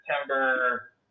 September